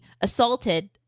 assaulted